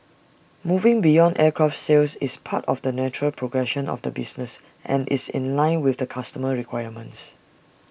moving beyond aircraft sales is part of the natural progression of the business and is in line with customer requirements